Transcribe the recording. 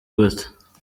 gute